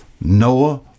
Noah